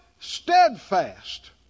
steadfast